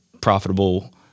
profitable